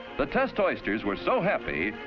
the test oysters were so happy,